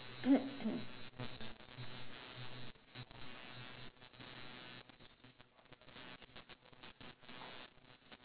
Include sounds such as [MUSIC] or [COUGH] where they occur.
[COUGHS]